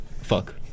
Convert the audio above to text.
Fuck